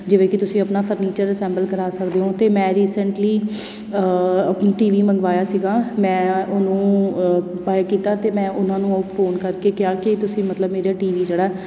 ਜਿਵੇਂ ਕਿ ਤੁਸੀਂ ਆਪਣਾ ਫਰਨੀਚਰ ਅਸੈਂਬਲ ਕਰਵਾ ਸਕਦੇ ਹੋ ਅਤੇ ਮੈਂ ਰੀਸੈਂਟਲੀ ਆਪਣੀ ਟੀ ਵੀ ਮੰਗਵਾਇਆ ਸੀਗਾ ਮੈਂ ਉਹਨੂੰ ਬਾਏ ਕੀਤਾ ਅਤੇ ਮੈਂ ਉਹਨਾਂ ਨੂੰ ਫ਼ੋਨ ਕਰਕੇ ਕਿਹਾ ਕਿ ਤੁਸੀਂ ਮਤਲਬ ਮੇਰੇ ਟੀ ਵੀ ਜਿਹੜਾ